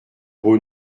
beau